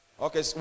Okay